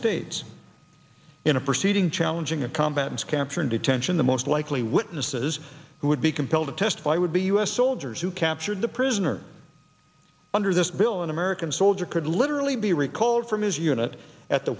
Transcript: states in a proceeding challenging a combat and capture in detention the most likely witnesses who would be compelled to testify would be u s soldiers who captured the prisoner under this bill an american soldier could literally be recalled from his unit at the